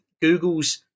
Google's